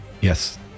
Yes